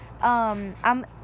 I'm-